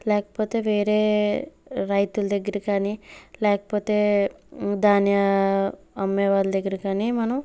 లేకపోతే వేరే రైతుల దగ్గర కాని లేకపోతే ధాన్యం అమ్మే వాళ్ళ దగ్గర గారి మనం